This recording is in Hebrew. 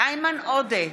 איימן עודה,